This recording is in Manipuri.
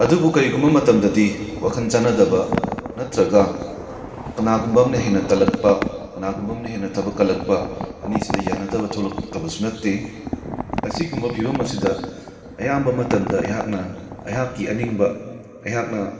ꯑꯗꯨꯕꯨ ꯀꯔꯤꯒꯨꯝꯕ ꯃꯇꯝꯗꯗꯤ ꯋꯥꯈꯜ ꯆꯥꯅꯗꯕ ꯅꯠꯇ꯭ꯔꯒ ꯀꯅꯥꯒꯨꯝꯕ ꯑꯃꯅ ꯍꯦꯟꯅ ꯇꯜꯂꯛꯄ ꯀꯅꯥꯒꯨꯝꯕ ꯑꯃꯅ ꯍꯦꯟꯅ ꯊꯕꯛ ꯀꯜꯂꯛꯄ ꯑꯅꯤꯁꯤꯗ ꯌꯥꯅꯗꯕ ꯊꯣꯛꯂꯛꯇꯕꯁꯨ ꯅꯠꯇꯦ ꯑꯁꯤꯒꯨꯝꯕ ꯐꯤꯕꯝ ꯑꯁꯤꯗ ꯑꯌꯥꯝꯕ ꯃꯇꯝꯗ ꯑꯩꯍꯥꯛꯅ ꯑꯩꯍꯥꯛꯀꯤ ꯑꯅꯤꯡꯕ ꯑꯩꯍꯥꯛꯅ